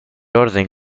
orden